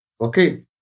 Okay